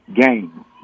game